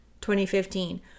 2015